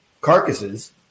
carcasses